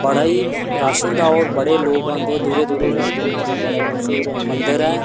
बड़ा ई रश होंदा होर बड़े लोक आंदे दूरै दूरै दे ते उ'त्थें बड़ा गै मशहूर मंदर ऐ